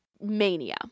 mania